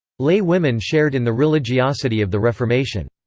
lay women shared in the religiosity of the reformation.